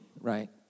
Right